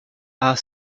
are